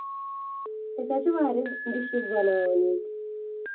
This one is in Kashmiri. أسۍ حظ چھِ واریاہ ڈِشِز بَناوَان ییٚتہِ